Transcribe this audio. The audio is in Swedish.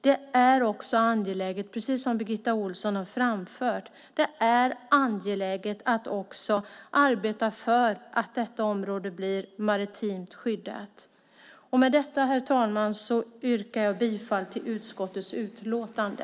Det är också angeläget, precis som Birgitta Ohlsson har framfört, att arbeta för att detta område blir maritimt skyddat. Herr talman! Jag yrkar bifall till förslaget i utskottets utlåtande.